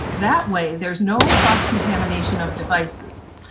that way there's no cross contamination of devices.